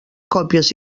còpies